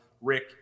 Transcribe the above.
Rick